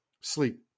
sleep